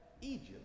Egypt